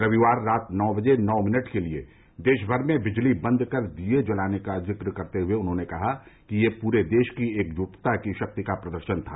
रविवार रात नौ बजे नौ मिनट के लिए देशभर में बिजली बंद कर दीये जलाने का जिक्र करते हए उन्होंने कहा कि यह पूरे देश की एकज्टता की शक्ति का प्रदर्शन था